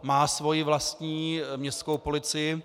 Má svoji vlastní městskou policii.